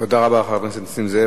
תודה רבה, חבר הכנסת נסים זאב.